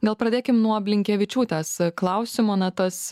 gal pradėkim nuo blinkevičiūtės klausimo na tas